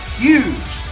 huge